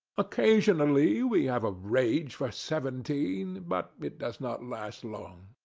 occasionally we have a rage for seventeen but it does not last long.